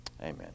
Amen